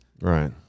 right